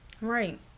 Right